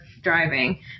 driving